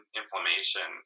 inflammation